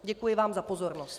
Děkuji vám za pozornost.